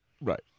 Right